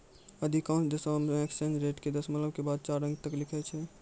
अधिकांश देशों मे एक्सचेंज रेट के दशमलव के बाद चार अंक तक लिखै छै